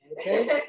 Okay